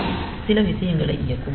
இது சில விஷயங்களை இயக்கும்